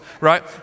right